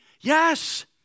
Yes